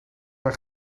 mijn